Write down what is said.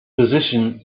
position